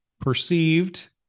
perceived